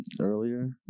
earlier